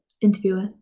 Interviewer